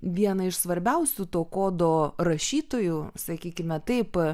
vieną iš svarbiausių to kodo rašytojų sakykime taip